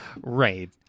right